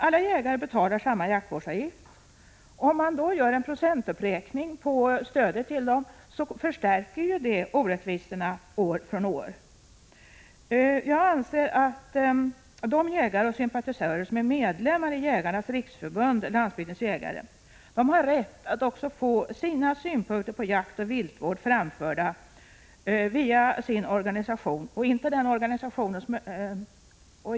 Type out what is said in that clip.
Alla jägare betalar samma jaktvårdsavgift, och om det då görs en procentuppräkning av stödet till de båda jägarorganisationerna förstärks orättvisorna år från år. 89 Jag anser att de jägare och sympatisörer som är medlemmar i Jägarnas riksförbund-Landsbygdens jägare har rätt att få sina synpunkter på jaktoch viltvård framförda via sin organisation.